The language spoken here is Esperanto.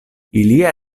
ilia